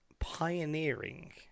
pioneering